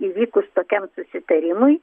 įvykus tokiam susitarimui